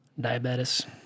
diabetes